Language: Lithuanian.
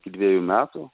iki dviejų metų